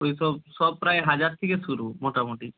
ওই সব সব প্রায় হাজার থেকে শুরু মোটামুটি